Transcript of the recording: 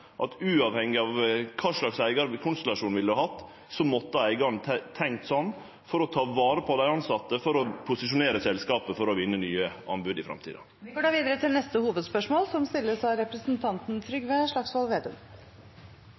at uavhengig av kva slags eigarkonstellasjon ein hadde hatt, måtte eigaren ha tenkt slik for å ta vare på dei tilsette og posisjonere selskapet for å vinne nye anbod i framtida. Vi går videre til neste hovedspørsmål. Noen ganger virker det som